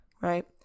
Right